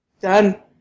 Done